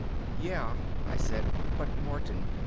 yeah, i said, but martin,